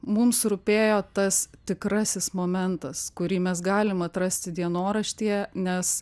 mums rūpėjo tas tikrasis momentas kurį mes galim atrasti dienoraštyje nes